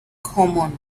common